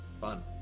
Fun